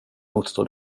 motstå